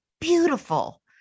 beautiful